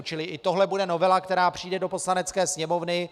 Čili i tohle bude novela, která přijde do Poslanecké sněmovny.